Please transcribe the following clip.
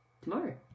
tomorrow